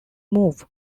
move